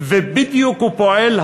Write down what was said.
ובדיוק פועל הפוך,